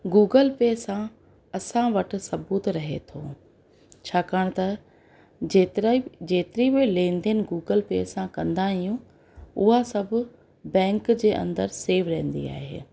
Google Pay सां असां वटि सबूत रहे थो छाकाणि त जेतिरा ई जेतिरी बि लेन देन गूगल पे सां कंदा आहियूं उहा सभु बैंक जे अंदरि सेव रहंदी आहे